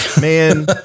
man